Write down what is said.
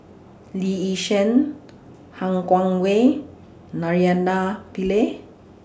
Lee Yi Shyan Han Guangwei Naraina Pillai